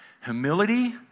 humility